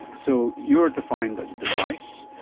so you are defined as a device,